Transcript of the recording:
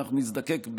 שאנחנו נזדקק,